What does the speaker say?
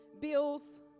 bills